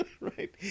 Right